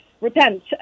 repent